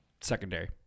secondary